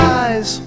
eyes